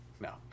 No